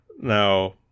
Now